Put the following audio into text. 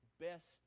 best